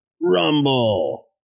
Rumble